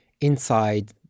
inside